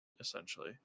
essentially